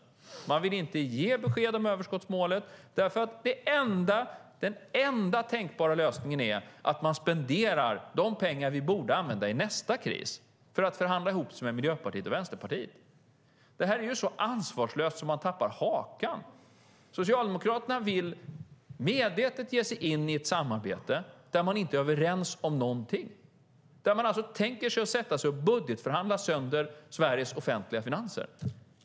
Socialdemokraterna vill inte ge besked om överskottsmålet därför att den enda tänkbara lösningen är att man spenderar de pengar som borde användas vid nästa kris för att förhandla ihop sig med Miljöpartiet och Vänsterpartiet. Detta är så ansvarslöst att man tappar hakan. Socialdemokraterna vill medvetet ge sig in i ett samarbete där man inte är överens om någonting, där man tänker sätta sig och budgetförhandla sönder Sveriges offentliga finanser.